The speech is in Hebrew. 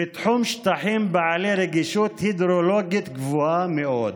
בתחום שטחים בעלי רגישות הידרולוגית גבוהה מאוד.